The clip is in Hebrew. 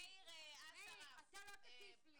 מאיר, אתה לא תטיף לי.